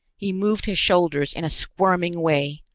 he moved his shoulders in a squirming way,